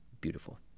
beautiful